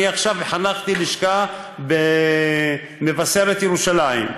עכשיו חנכתי לשכה במבשרת ירושלים,